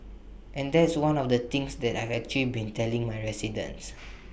and that's one of the things that I've actually been telling my residents